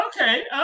okay